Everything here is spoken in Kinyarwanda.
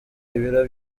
ibiro